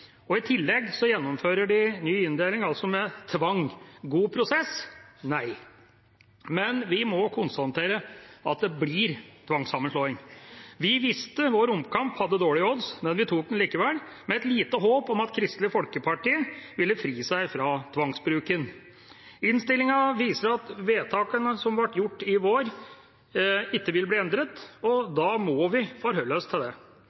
og i tillegg gjennomfører de en ny inndeling, altså med tvang. God prosess? Nei! Men vi må konstatere at det blir tvangssammenslåing. Vi visste at vår omkamp hadde dårlige odds, men vi tok den likevel, med et lite håp om at Kristelig Folkeparti ville fri seg fra tvangsbruken. Innstillingen viser at vedtakene som ble gjort i vår, ikke vil bli endret, og da må vi forholde oss til det.